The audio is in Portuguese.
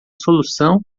solução